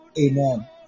Amen